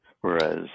Whereas